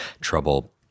trouble